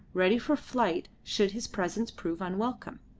ready for flight should his presence prove unwelcome.